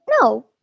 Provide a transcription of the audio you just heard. no